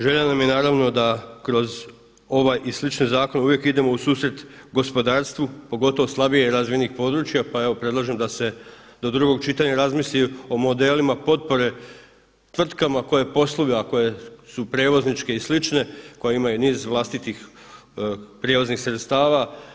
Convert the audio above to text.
Želja nam je naravno da kroz ovaj i slične zakone uvijek idemo u susret gospodarstvu pogotovo slabije razvijenih područja, pa evo predlažem da se do drugog čitanja razmisli o modelima potpore tvrtkama koje posluju, a koje su prijevozničke i slične, koje imaju niz vlastitih prijevoznih sredstava.